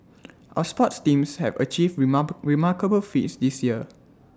our sports teams have achieved remark remarkable feats this year